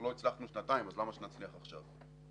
אנחנו לא הצלחנו שנתיים, אז למה שנצליח עכשיו,